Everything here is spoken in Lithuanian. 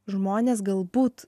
žmonės galbūt